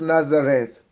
Nazareth